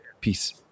Peace